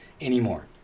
anymore